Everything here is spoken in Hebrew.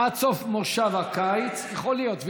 עד סוף מושב הקיץ יכול להיות,